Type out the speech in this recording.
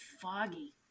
foggy